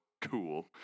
cool